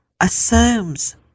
assumes